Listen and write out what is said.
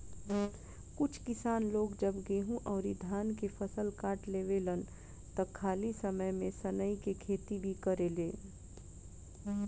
कुछ किसान लोग जब गेंहू अउरी धान के फसल काट लेवेलन त खाली समय में सनइ के खेती भी करेलेन